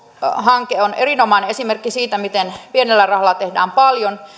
hanke on erinomainen esimerkki siitä miten pienellä rahalla tehdään paljon